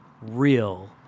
real